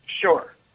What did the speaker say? Sure